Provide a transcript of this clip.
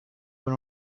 con